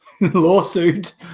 lawsuit